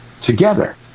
together